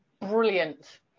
brilliant